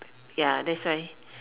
ya that's why